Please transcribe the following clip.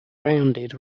rounded